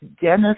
Dennis